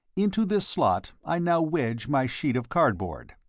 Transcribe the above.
into this slot i now wedge my sheet of cardboard.